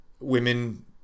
women